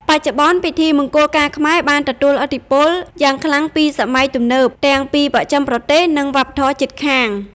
បច្ចុប្បន្ន ពិធីមង្គលការខ្មែរបានទទួល ឥទ្ធិពលយ៉ាងខ្លាំងពីសម័យទំនើប ទាំងពីបស្ចិមប្រទេស និងវប្បធម៌ជិតខាង ។